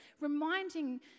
reminding